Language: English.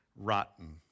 rotten